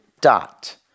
Dot